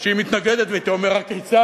שהיא מתנגדת, והייתי ואמר: הכיצד?